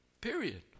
period